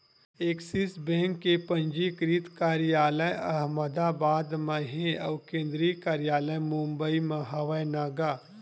Axis bank के पंजीकृत कारयालय अहमदाबाद म हे अउ केंद्रीय कारयालय मुबई म हवय न गा